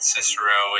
Cicero